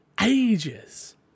ages